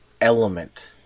element